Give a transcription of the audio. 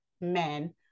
men